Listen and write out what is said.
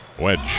Wedge